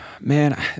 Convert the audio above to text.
Man